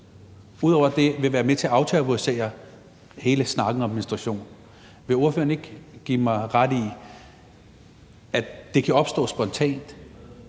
ud over det være med til at aftabuisere hele snakken om menstruation? Vil ordføreren ikke give mig ret i, at det kan opstå spontant,